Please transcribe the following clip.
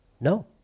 No